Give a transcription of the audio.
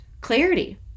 clarity